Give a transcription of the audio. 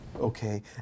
Okay